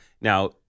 Now